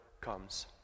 comes